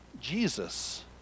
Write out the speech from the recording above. Jesus